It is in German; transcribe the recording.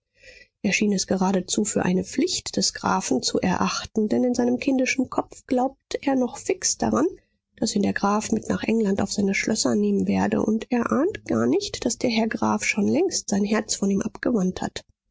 er schien es geradezu für eine pflicht des grafen zu erachten denn in seinem kindischen kopf glaubt er noch fix daran daß ihn der graf mit nach england auf seine schlösser nehmen werde und er ahnt gar nicht daß der herr graf schon längst sein herz von ihm abgewandt hat